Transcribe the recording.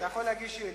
אתה יכול להגיש שאילתא.